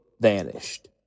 vanished